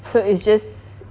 so it's just